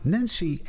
Nancy